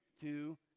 two